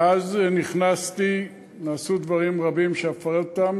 מאז נכנסתי נעשו דברים רבים, ואפרט אותם.